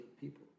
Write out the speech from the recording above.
people